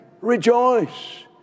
rejoice